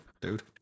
dude